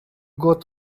got